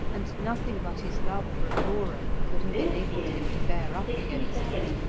and nothing but his love for aurora could have enabled him to bear up against it.